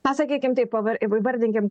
na sakykim taip pava įvardinkim